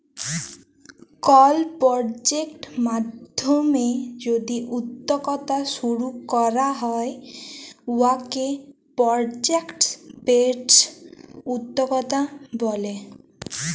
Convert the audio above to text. call project মাইধ্যমে যদি উদ্যক্তা শুরু ক্যরা হ্যয় উয়াকে পরজেক্ট বেসড উদ্যক্তা ব্যলে